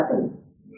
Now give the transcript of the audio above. weapons